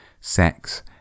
sex